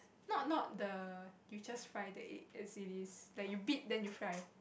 not not the you just fry the egg as it is like you beat then you fry